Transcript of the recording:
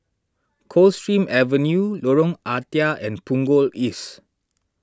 Coldstream Avenue Lorong Ah Thia and Punggol East